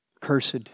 cursed